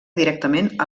directament